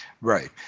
Right